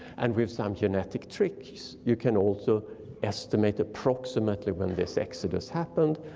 and with some genetic tricks you can also estimate approximately when this exodus happened.